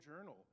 journal